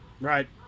Right